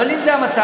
אבל אם זה המצב,